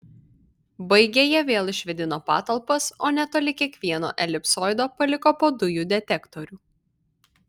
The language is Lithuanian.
baigę jie vėl išvėdino patalpas o netoli kiekvieno elipsoido paliko po dujų detektorių